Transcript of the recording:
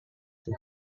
too